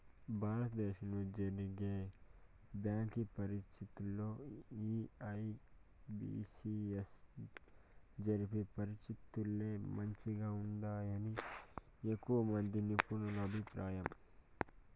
భారత దేశంలో జరిగే బ్యాంకి పరీచ్చల్లో ఈ ఐ.బి.పి.ఎస్ జరిపే పరీచ్చలే మంచిగా ఉంటాయని ఎక్కువమంది నిపునుల అభిప్రాయం